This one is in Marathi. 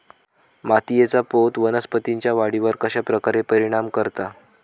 मातीएचा पोत वनस्पतींएच्या वाढीवर कश्या प्रकारे परिणाम करता?